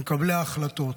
למקבלי ההחלטות: